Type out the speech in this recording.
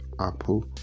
Apple